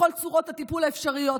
בכל צורות הטיפול האפשריות,